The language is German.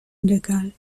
illegal